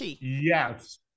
Yes